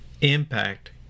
impact